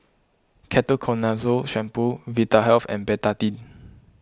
Ketoconazole Shampoo Vitahealth and Betadine